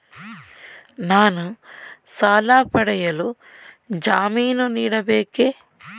ನಾನು ಸಾಲ ಪಡೆಯಲು ಜಾಮೀನು ನೀಡಬೇಕೇ?